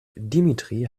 dimitri